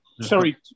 sorry